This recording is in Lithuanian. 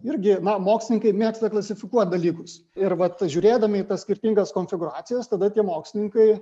irgi na mokslininkai mėgsta klasifikuot dalykus ir vat žiūrėdami į tas skirtingas konfigūracijas tada tie mokslininkai